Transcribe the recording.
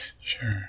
Sure